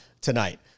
tonight